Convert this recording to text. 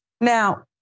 Now